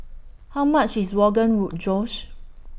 How much IS Rogan Roll Josh